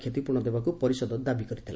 କ୍ଷତିପ୍ରରଣ ଦେବାକୁ ପରିଷଦ ଦାବି କରିଥିଲା